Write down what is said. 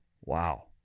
Wow